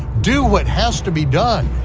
do what has to be done.